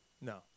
no